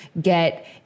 get